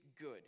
good